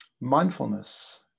mindfulness